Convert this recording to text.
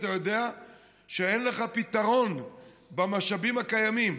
אתה יודע שאין לך פתרון במשאבים הקיימים.